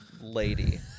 lady